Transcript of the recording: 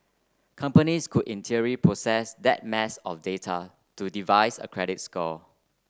companies could in theory process that mass of data to devise a credit score